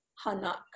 Hanak